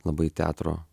labai teatro